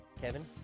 Kevin